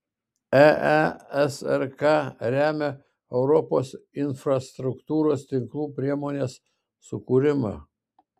eesrk remia europos infrastruktūros tinklų priemonės sukūrimą